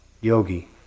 Yogi